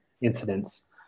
incidents